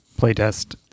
playtest